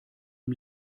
ihm